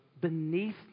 beneath